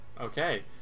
Okay